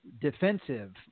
defensive